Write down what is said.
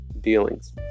dealings